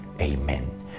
Amen